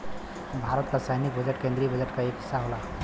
भारत क सैनिक बजट केन्द्रीय बजट क एक हिस्सा होला